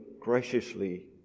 graciously